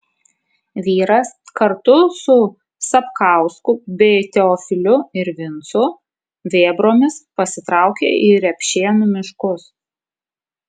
vyras kartu su sapkausku bei teofiliu ir vincu vėbromis pasitraukė į repšėnų miškus